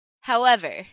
However-